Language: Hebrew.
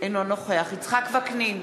אינו נוכח יצחק וקנין,